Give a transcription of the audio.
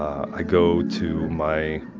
i go to my